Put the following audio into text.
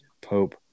Pope